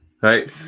Right